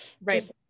right